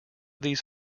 these